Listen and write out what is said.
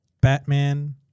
Batman